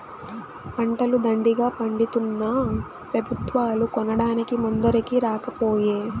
పంటలు దండిగా పండితున్నా పెబుత్వాలు కొనడానికి ముందరికి రాకపోయే